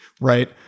right